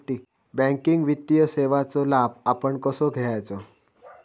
Banking वित्तीय सेवाचो लाभ आपण कसो घेयाचो?